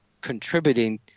contributing